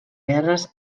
guerres